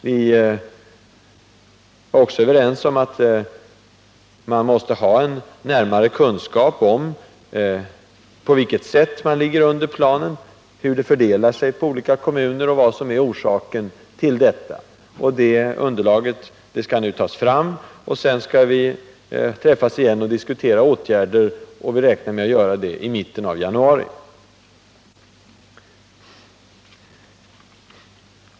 Vi var också överens om att man måste ha närmare kännedom om på vilket sätt man ligger under planen, hur det fördelar sig på olika kommuner och vad som är orsaken till eftersläpningen. Det underlaget skall nu tas fram, och sedan skall vi träffas igen och diskutera åtgärder. Vi räknar med att göra det i mitten av januari.